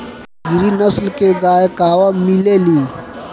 गिरी नस्ल के गाय कहवा मिले लि?